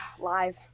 Live